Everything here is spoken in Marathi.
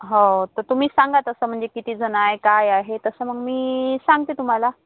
हो तर तुम्ही सांगा तसं म्हणजे किती जणं आहे काय आहे तसं मग मी सांगते तुम्हाला